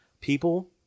people